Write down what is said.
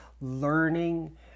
learning